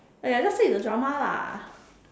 !aiya! just say it's a drama lah